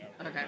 Okay